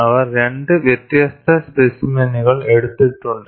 അവർ രണ്ട് വ്യത്യസ്ത സ്പെസിമെനുകൾ എടുത്തിട്ടുണ്ട്